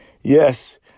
Yes